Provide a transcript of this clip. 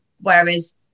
whereas